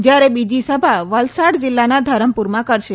જયારે બીજી સભા વલસાડ જીલ્લાના ધરમપુરમાં કરશે